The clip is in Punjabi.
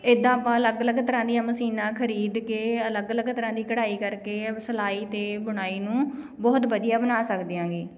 ਇੱਦਾਂ ਆਪਾਂ ਅਲੱਗ ਅਲੱਗ ਤਰ੍ਹਾਂ ਦੀਆਂ ਮਸ਼ੀਨਾਂ ਖਰੀਦ ਕੇ ਅਲੱਗ ਅਲੱਗ ਤਰ੍ਹਾਂ ਦੀ ਕਢਾਈ ਕਰਕੇ ਸਲਾਈ ਅਤੇ ਬੁਣਾਈ ਨੂੰ ਬਹੁਤ ਵਧੀਆ ਬਣਾ ਸਕਦੇ ਆਗੇ